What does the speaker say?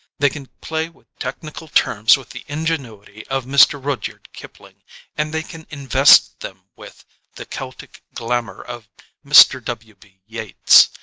they can play with technical terms with the ingenuity of mr. rudyard kipling and they can invest them with the celtic glamour of mr. w. b. yeats.